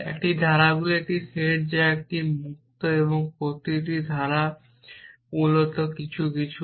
একটি ধারাগুলির একটি সেট যা একটি দ্বারা যুক্ত এবং প্রতিটি ধারা মূলত কিছু কিছু